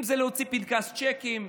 אם זה להוציא פנקס צ'קים.